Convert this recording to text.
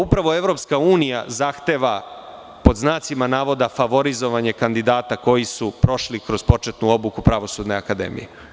Upravo EU zahteva "favorizovanje" kandidata koji su prošli kroz početnu obuku Pravosudne akademije.